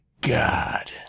god